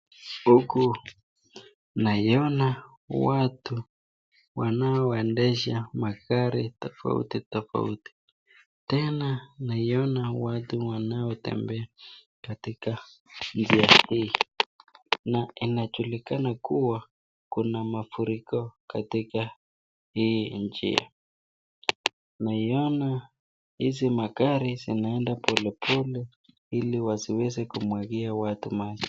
Huku naiona watu wanao watu wanaoendesha magari tofauti tofauti. Tena naiona watu wanaotembea katika njia hii na inajulikana kuwa kuna mafuriko katika hii njia, naiona hizi magari zinaenda polepole ili wasimwagie watu maji.